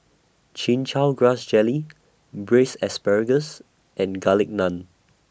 Chin Chow Grass Jelly Braised Asparagus and Garlic Naan